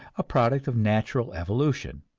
a product of natural evolution.